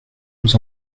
vous